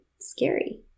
scary